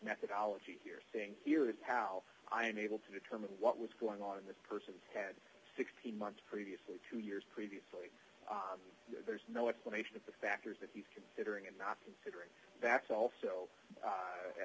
methodology here saying here is how i'm able to determine what was going on in that person's head sixteen months previously two years previously there's no explanation of the factors that he's considering and not considering that's also a